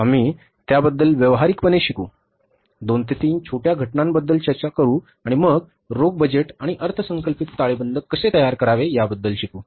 आम्ही त्याबद्दल व्यावहारिकपणे शिकू 2 3 छोट्या घटनांबद्दल चर्चा करू आणि मग रोख बजेट आणि अर्थसंकल्पित ताळेबंद कसे तयार करावे याबद्दल शिकू